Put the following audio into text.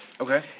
Okay